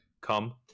Come